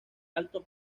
alto